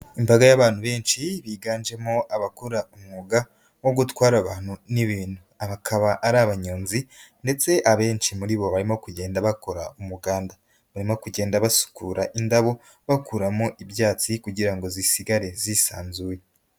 Imbaga y'abantu benshi biganjemo abakora umwuga wo gutwara abantu n'ibintu, aba akaba ari abanyonzi ndetse abenshi muri bo barimo kugenda bakora umuganda, barimo kugenda basukura indabo bakuramo ibyatsi kugira ngo zisigare zisanzuye.